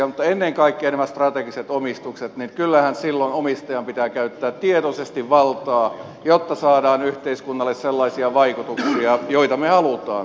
mutta ennen kaikkea nämä strategiset omistukset niin kyllähän silloin omistajan pitää käyttää tiedollisesti valtaa jotta saadaan yhteiskunnalle sellaisia vaikutuksia joita me haluamme sieltä